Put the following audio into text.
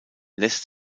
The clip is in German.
lässt